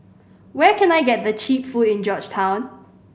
where can I get the cheap food in Georgetown